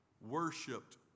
worshipped